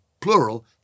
plural